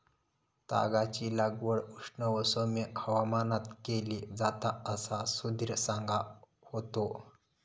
तागाची लागवड उष्ण व सौम्य हवामानात केली जाता असा सुधीर सांगा होतो